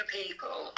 people